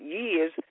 years